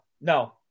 no